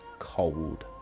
cold